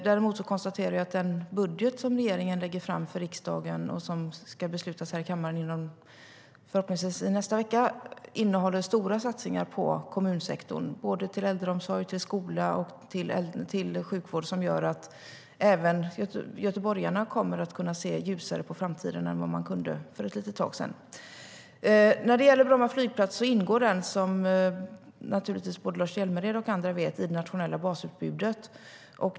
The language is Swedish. Däremot konstaterar jag att den budget som regeringen lägger fram för riksdagen, och som ska beslutas här i kammaren förhoppningsvis i nästa vecka, innehåller stora satsningar på kommunsektorn till äldreomsorg, skola och sjukvård som gör att även göteborgarna kommer att se ljusare på framtiden än vad man kunde för ett tag sedan. När det gäller Bromma flygplats ingår den, som naturligtvis både Lars Hjälmered och andra vet, i det nationella basutbudet.